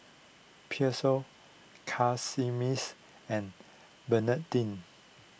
Pheobe Casimirs and Bernardine